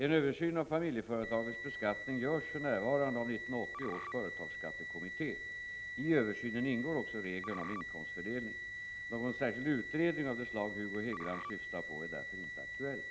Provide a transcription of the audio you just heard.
En översyn av familjeföretagens beskattning görs för närvarande av 1980 års företagsskattekommitté. I översynen ingår också reglerna om inkomstfördelning. Någon särskild utredning av det slag Hugo Hegeland syftar på är därför inte aktuell.